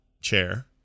chair